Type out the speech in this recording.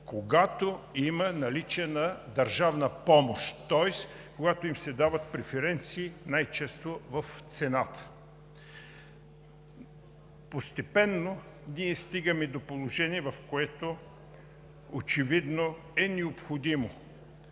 когато има наличие на държавна помощ, тоест когато им се дават преференции най често в цената. Постепенно стигаме до положение, в което очевидно е необходимо